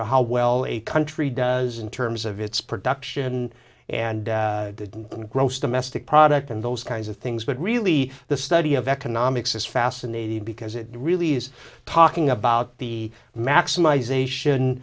know how well a country daz in terms of its production and the gross domestic product and those kinds of things but really the study of economics is fascinating because it really is talking about the maximize a